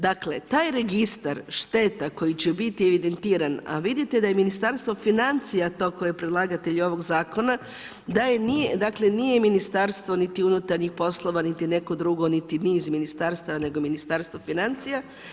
Dakle, taj registar šteta koji će biti evidentiran, a vidite da je Ministarstvo financija to koje je predlagatelj ovog Zakona, dakle nije Ministarstvo niti unutarnjih poslova, niti neko drugo, niti niz ministarstava nego Ministarstvo financija.